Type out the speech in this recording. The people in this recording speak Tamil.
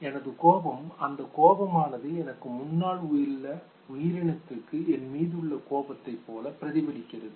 எனது கோபம் அந்தக் கோபமானது எனக்கு முன்னால் உள்ள உயிரினத்திற்கு என் மீதுள்ள கோபத்தை போல பிரதிபலிக்கிறது